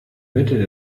mitte